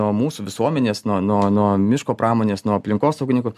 nuo mūsų visuomenės nuo nuo nuo miško pramonės nuo aplinkosaugininkų